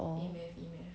orh